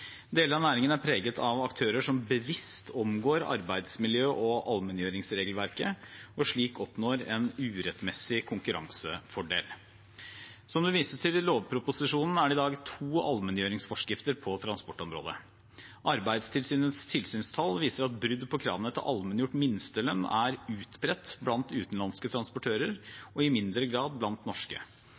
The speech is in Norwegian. Deler av næringen er preget av aktører som bevisst omgår arbeidsmiljø- og allmenngjøringsregelverket og slik oppnår en urettmessig konkurransefordel. Som det vises til i lovproposisjonen, er det i dag to allmenngjøringsforskrifter på transportområdet. Arbeidstilsynets tilsynstall viser at brudd på kravene til allmenngjort minstelønn er utbredt blant utenlandske transportører og i mindre grad blant norske.